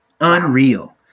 Unreal